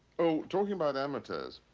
oh talking about amateurs,